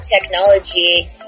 technology